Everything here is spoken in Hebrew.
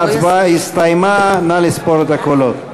ההצבעה הסתיימה, נא לספור את הקולות.